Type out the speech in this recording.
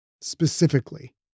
specifically